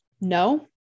no